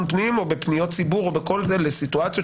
פנים או בוועדה לפניות ציבור או בוועדה אחרת בסיטואציות